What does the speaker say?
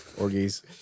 Orgies